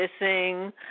missing